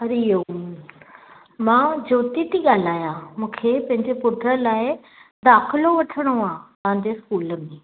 हरी ओम मां ज्योति थी ॻाल्हायां मूंखे पंहिंजे पुट लाइ दाख़िलो वठिणो आहे तव्हां जे स्कूल में